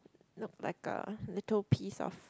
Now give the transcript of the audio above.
look like a little piece of